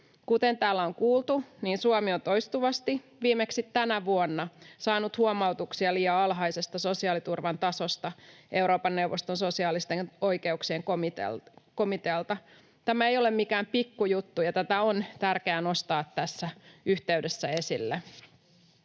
Kuten täällä on kuultu, Suomi on toistuvasti, viimeksi tänä vuonna, saanut huomautuksia liian alhaisesta sosiaaliturvan tasosta Euroopan neuvoston sosiaalisten oikeuksien komitealta. Tämä ei ole mikään pikkujuttu, ja tätä on tärkeää nostaa tässä yhteydessä esille.